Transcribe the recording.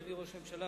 אדוני ראש הממשלה,